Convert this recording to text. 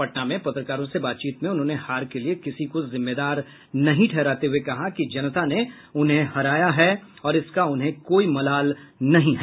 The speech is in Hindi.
पटना में पत्रकारों से बातचीत में उन्होंने हार के लिए किसी को जिम्मेदार नहीं ठहराते हुये कहा कि जनता ने उन्हें हराया है और इसका उन्हें कोई मलाल नहीं है